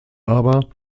aber